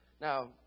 Now